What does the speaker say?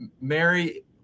Mary